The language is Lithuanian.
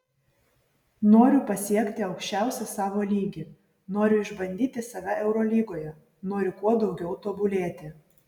noriu pasiekti aukščiausią savo lygį noriu išbandyti save eurolygoje noriu kuo daugiau tobulėti